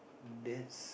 that's